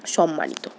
সম্মানিত